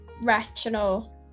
rational